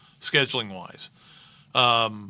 scheduling-wise